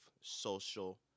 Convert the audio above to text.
social